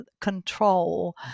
control